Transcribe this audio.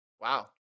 Wow